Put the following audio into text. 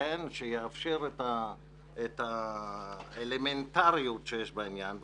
מה שיאפשר את האלמנטריות שיש בעניין.